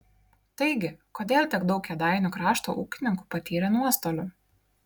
taigi kodėl tiek daug kėdainių krašto ūkininkų patyrė nuostolių